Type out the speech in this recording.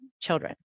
children